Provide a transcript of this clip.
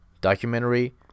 documentary